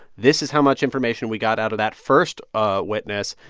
this is how much information we got out of that first ah witness.